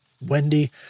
Wendy